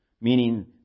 Meaning